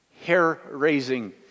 hair-raising